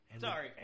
Sorry